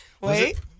Wait